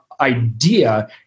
idea